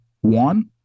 One